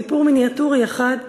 סיפור מיניאטורי אחד,